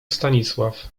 stanisław